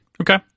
okay